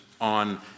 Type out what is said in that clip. on